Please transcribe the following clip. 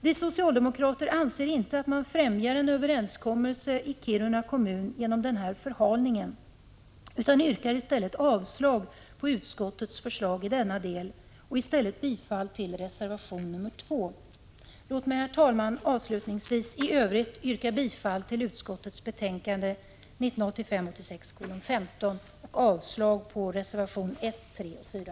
Vi socialdemokrater anser inte att man främjar en överenskommelse i Kiruna kommun genom denna förhalning och yrkar därför avslag på utskottets förslag i denna del och bifall till reservation nr 2. Låt mig, herr talman, avslutningsvis i övrigt yrka bifall till utskottets hemställan i betänkande 1985/86:15 och avslag på reservationerna nr 1, 3 och 4.